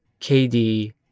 KD